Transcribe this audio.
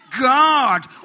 God